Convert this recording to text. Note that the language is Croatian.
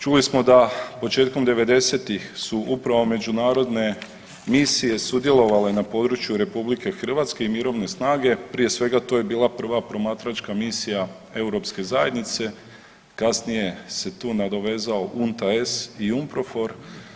Čuli smo da početkom devedesetih su upravo međunarodne misije sudjelovale na području RH i mirovine snage, prije svega to je bila prva promatračka misija Europske zajednice, kasnije se tu nadovezao UNTAES i UMPROFOR.